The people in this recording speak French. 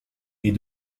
est